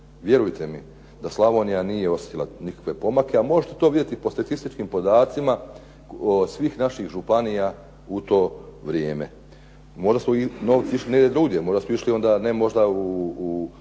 Vjerujte mi da Slavonija nije osjetila nikakve pomake, a možete to vidjeti po statičkim podacima svih naših županija u to vrijeme. Možda su i novci išli negdje drugdje, možda su išli onda ne možda u